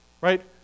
Right